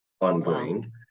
ongoing